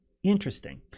Interesting